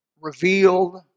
revealed